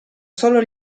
solo